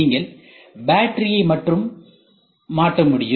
நீங்கள் பேட்டரியை மட்டுமே மாற்ற முடியும்